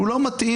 שהוא לא מתאים.